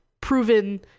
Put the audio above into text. proven